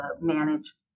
manage